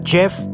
Jeff